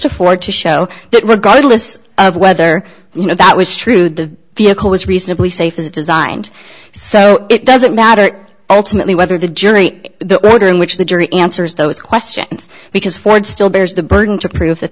to for to show that regardless of whether you know that was true the vehicle was reasonably safe as designed so it doesn't matter ultimately whether the jury the order in which the jury answers those questions because ford still bears the burden to p